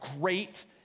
great